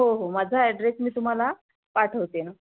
हो हो माझा ॲड्रेस मी तुम्हाला पाठवते